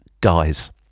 guys